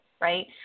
right